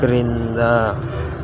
క్రింద